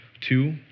two